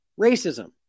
racism